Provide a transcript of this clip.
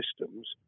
systems